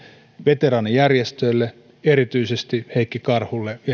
veteraanijärjestöille erityisesti heikki karhulle